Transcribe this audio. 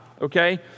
Okay